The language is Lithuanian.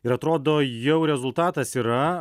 ir atrodo jau rezultatas yra